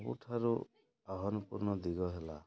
ସବୁଠାରୁ ଆହ୍ୱାନପୂର୍ଣ୍ଣ ଦିଗ ହେଲା